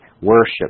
worship